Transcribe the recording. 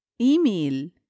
Email